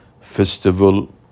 festival